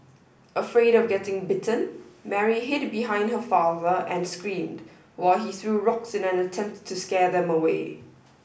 afraid of getting bitten Mary hid behind her father and screamed while he threw rocks in an attempt to scare them away